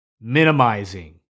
Minimizing